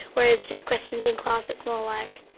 whereas just questions in class it's more like.